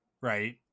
Right